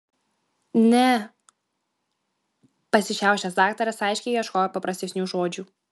ne pasišiaušęs daktaras aiškiai ieškojo paprastesnių žodžių